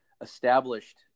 established